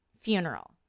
funeral